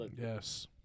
Yes